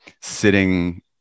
sitting